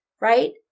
Right